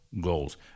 goals